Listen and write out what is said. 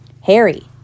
Harry